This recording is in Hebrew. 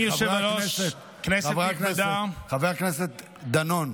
חבר הכנסת דנון,